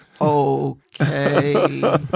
okay